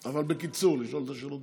אבל בקיצור, לשאול את השאלות בקיצור.